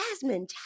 Jasmine